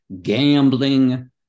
gambling